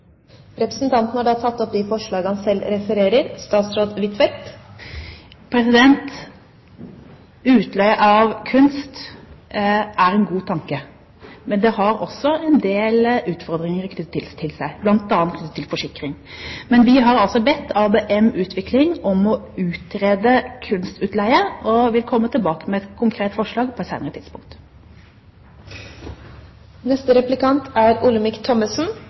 Representanten Ib Thomsen har tatt opp de forslagene han refererte til. Utleie av kunst er en god tanke, men det har også en del utfordringer knyttet til seg, bl.a. når det gjelder forsikring. Men vi har altså bedt ABM-utvikling om å utrede kunstutleie og vil komme tilbake med et konkret forslag på et